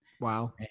Wow